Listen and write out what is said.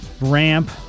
ramp